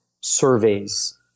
surveys